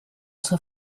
zur